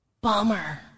Bummer